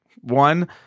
One